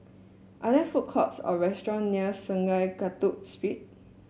are there food courts or restaurant near Sungei Kadut Street